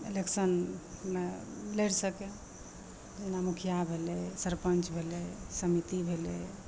इलेक्शनमे लड़ि सकै जेना मुखिआ भेलै सरपञ्च भेलै समिति भेलै